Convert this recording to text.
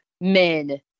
men